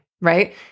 Right